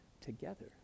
together